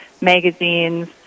magazines